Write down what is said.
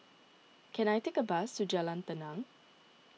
can I take a bus to Jalan Tenang